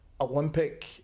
olympic